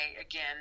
again